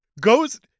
goes